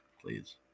please